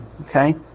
Okay